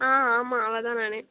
ஆ ஆமாம் அவள் தான் நான்